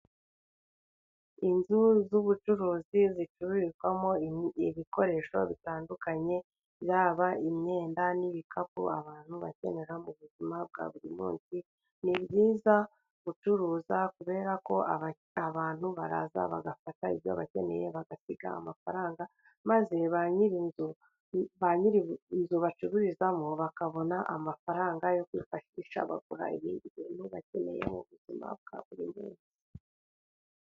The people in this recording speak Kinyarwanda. Inzu z'ubucuruzi zicururizwamo ibikoresho bitandukanye， byaba imyenda n'ibikapu， abantu bakenera mu buzima bwa buri munsi， ni byiza gucuruza kubera ko abantu baraza bagafata ibyo bakeneye， bagasiga amafaranga， maze ba nyiri nzu bacururizamo bakabona amafaranga yo kwifashisha， bagura ibindi bakeneye mu buzima bwa buri munsi.